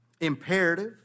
imperative